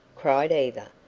cried eva,